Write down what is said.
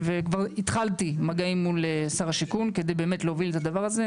וכבר התחלתי מגעים מול שר השיכון כדי להוביל באמת את הדבר הזה.